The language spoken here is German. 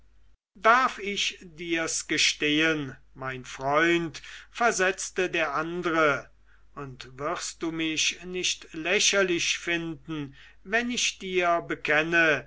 darf ich dir's gestehen mein freund versetzte der andre und wirst du mich nicht lächerlich finden wenn ich dir bekenne